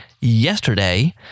yesterday